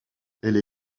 elle